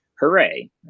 Hooray